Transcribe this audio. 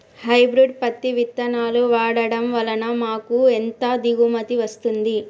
Hybrid పత్తి విత్తనాలు వాడడం వలన మాకు ఎంత దిగుమతి వస్తుంది?